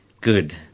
Good